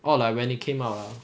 or like when it came out ah